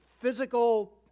physical